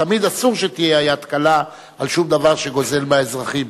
תמיד אסור שתהיה היד קלה על שום דבר שגוזל מהאזרחים,